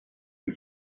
and